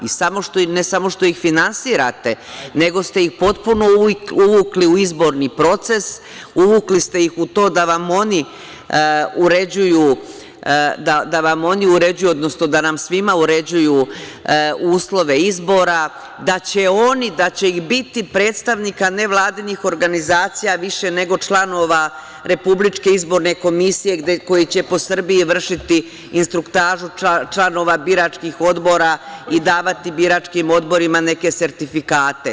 I ne samo što ih finansirate, nego ste ih potpuno uvukli u izborni proces, uvukli ste ih u to da vam oni uređuju, odnosno da nam svima uređuju uslove izbora, da će biti predstavnika nevladinih organizacija više nego članova RIK-a, koji će po Srbiji vršiti instruktažu članova biračkih odbora i davati biračkim odborima neke sertifikate.